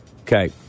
Okay